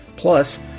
Plus